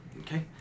Okay